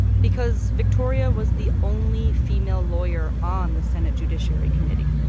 because victoria was the only female lawyer on the senate judiciary committee.